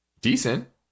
Decent